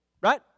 Right